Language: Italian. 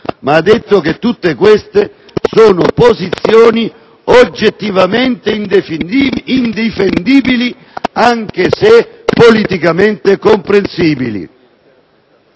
- ha detto che tutte queste sono posizioni oggettivamente indifendibili, anche se politicamente comprensibili.